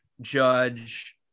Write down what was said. Judge